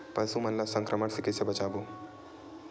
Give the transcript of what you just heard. पशु मन ला संक्रमण से कइसे बचाबो?